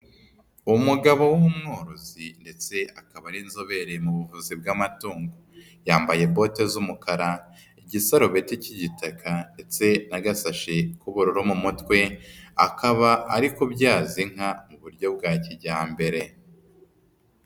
Umugabo w'umworozi ndetse akaba ari inzobere mu buvuzi bw'amatungo. Yambaye bote z'umukara, igisarubeti k'igitaka ndetse n'agasashe k'ubururu mu mutwe, akaba ari kubyaza inka mu buryo bwa kijyambere.